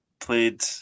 played